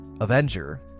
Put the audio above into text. Avenger